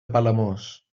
palamós